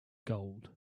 gold